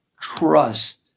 trust